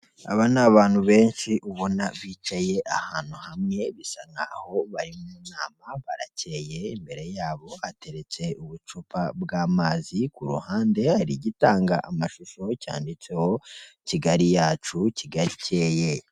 Aba ni abantu benshi ubona bicaye ahantu hamwe bisa n'aho bari mu nama barakeye imbere yabo hateretse ubucupa bw'amazi ku ruhande hari igitanga amashusho cyanditseho kigali yacu, kigali ikeye.